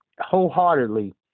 wholeheartedly